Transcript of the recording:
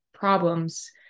problems